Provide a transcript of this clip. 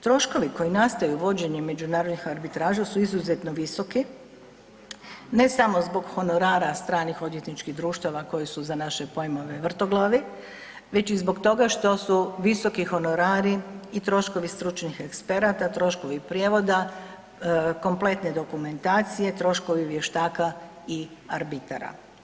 Troškovi koji nastaju vođenjem međunarodnih arbitraža su izuzetno visoki ne samo zbog honorara stranih odvjetničkih društava koji su za naše pojmove vrtoglavi, već i zbog toga što su visoki honorari i troškovi stručnih eksperata, troškovi prijevoda kompletne dokumentacije, troškovi vještaka i arbitara.